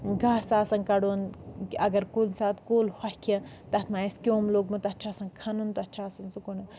گاسہٕ آسان کَڑُن اگر کُنہِ ساتہٕ کُل ہۄکھِ تَتھ ما آسہِ کیٚۆم لۆگمُت تَتھ چھ آسان سُہ کَھنُن تَتھ چھُ آسان سُہ